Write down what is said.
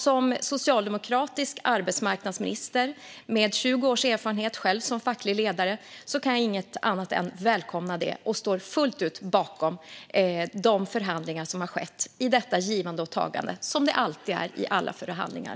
Som socialdemokratisk arbetsmarknadsminister med 20 års erfarenhet som facklig ledare kan jag inget annat än välkomna det och står fullt ut bakom det givande och tagande som har skett så som alltid i förhandlingar.